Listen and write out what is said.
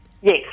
Yes